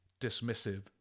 dismissive